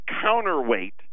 counterweight